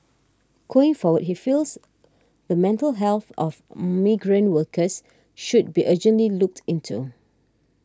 going forward he feels the mental health of migrant workers should be urgently looked into